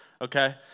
Okay